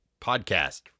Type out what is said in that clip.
podcast